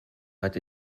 but